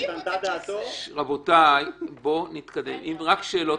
רק שאלות.